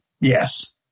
yes